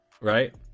Right